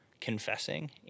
confessing